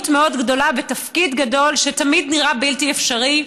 מאוד גדולה ותפקיד גדול שתמיד נראה בלתי אפשרי.